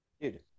Dude